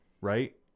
right